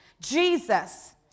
Jesus